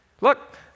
Look